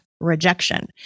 rejection